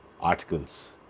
Articles